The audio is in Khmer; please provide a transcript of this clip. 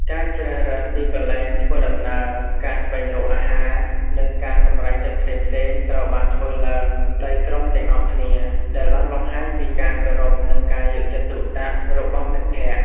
ការជ្រើសរើសទីកន្លែងធ្វើដំណើរ ការស្វែងរកអាហារ និងការសម្រេចចិត្តផ្សេងៗត្រូវបានធ្វើឡើងដោយក្រុមទាំងអស់គ្នា ដែលបានបង្ហាញពីការគោរពនិងការយកចិត្តទុកដាក់របស់មិត្តភក្តិ។